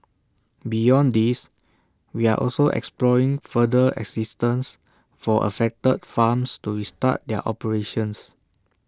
beyond these we are also exploring further assistance for affected farms to restart their operations